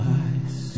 eyes